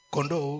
Kondo